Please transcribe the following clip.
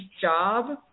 job